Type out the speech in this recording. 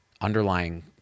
underlying